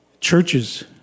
churches